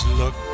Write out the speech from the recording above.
look